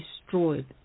destroyed